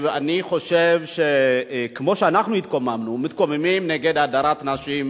אני חושב שכמו שאנחנו התקוממנו ומתקוממים נגד הדרת נשים,